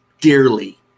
dearly